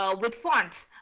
ah with fonts,